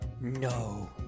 No